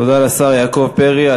תודה לשר יעקב פרי.